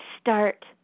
start